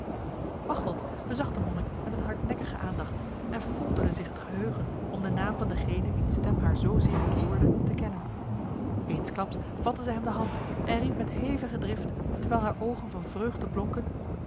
machteld bezag de monnik met een hardnekkige aandacht en folterde zich het geheugen om de naam van degene wiens stem haar zozeer ontroerde te kennen eensklaps vatte zij hem de hand en riep met hevige drift terwijl haar ogen van vreugde blonken